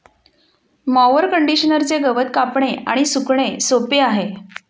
mower कंडिशनरचे गवत कापणे आणि सुकणे सोपे आहे